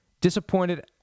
Disappointed